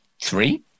three